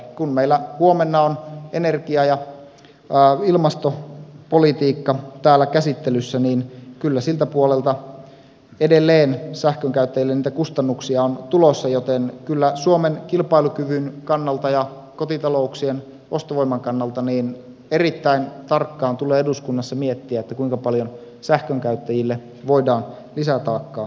kun meillä huomenna on energia ja ilmastopolitiikka täällä käsittelyssä niin kyllä siltä puolelta edelleen sähkönkäyttäjille niitä kustannuksia on tulossa joten kyllä suomen kilpailukyvyn kannalta ja kotitalouksien ostovoiman kannalta erittäin tarkkaan tulee eduskunnassa miettiä kuinka paljon sähkönkäyttäjille voidaan lisätaakkaa sälyttää